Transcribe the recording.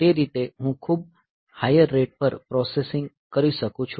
તે રીતે હું ખૂબ હાયર રેટ પર પ્રોસેસિંગ કરી શકું છું